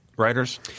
writers